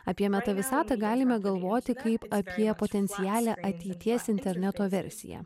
apie metavisatą galime galvoti kaip apie potencialią ateities interneto versiją